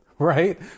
Right